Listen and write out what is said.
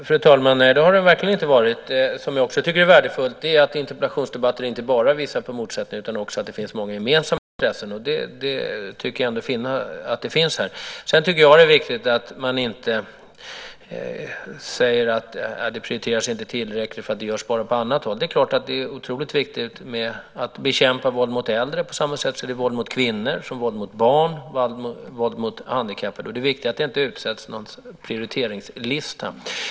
Fru talman! Nej, det har den verkligen inte varit! Det som jag också tycker är värdefullt är att interpellationsdebatter inte bara visar på motsättningar utan också att det finns många gemensamma intressen. Det tycker jag mig finna att det finns här. Det är också viktigt att man inte säger att detta inte prioriteras tillräckligt till skillnad från andra områden. Det är naturligtvis otroligt viktigt att bekämpa våld mot äldre på samma sätt som våld mot kvinnor, våld mot barn och våld mot handikappade. Det viktiga är att de inte utsätts för någon prioriteringslista.